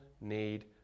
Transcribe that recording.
need